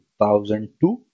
2002